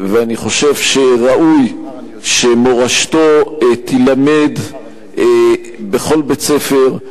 אני חושב שראוי שמורשתו תילמד בכל בית-ספר,